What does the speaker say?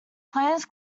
planes